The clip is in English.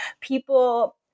people